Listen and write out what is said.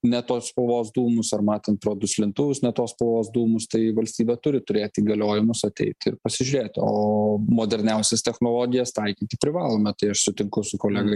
ne tos spalvos dūmus ar matant pro duslintuvus ne tos spalvos dūmus tai valstybė turi turėti įgaliojimus ateiti ir pasižiūrėti o moderniausias technologijas taikyti privalome tai aš sutinku su kolega